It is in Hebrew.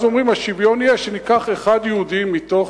אז אומרים: השוויון יהיה שניקח אחד יהודי מתוך,